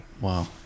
Wow